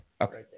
Okay